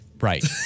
Right